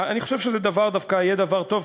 אני חושב שזה דווקא יהיה דבר טוב,